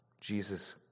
Jesus